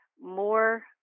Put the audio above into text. More